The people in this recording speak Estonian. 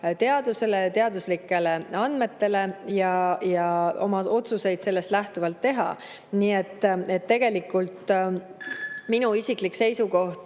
teadusele ja teaduslikele andmetele ning oma otsuseid sellest lähtuvalt teha. Ka minu isiklik seisukoht